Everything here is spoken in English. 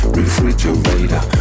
refrigerator